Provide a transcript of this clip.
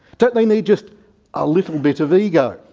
don't they need just a little bit of ego.